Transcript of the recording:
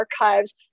Archives